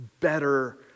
better